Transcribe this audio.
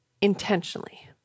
intentionally